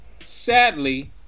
sadly